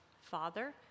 Father